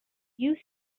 you